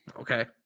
Okay